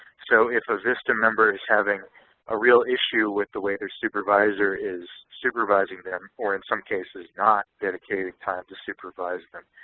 so if a vista member is having a real issue with the way their supervisor is supervising them, or in some cases not dedicating time to supervise them,